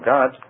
God